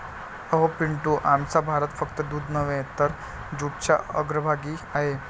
अहो पिंटू, आमचा भारत फक्त दूध नव्हे तर जूटच्या अग्रभागी आहे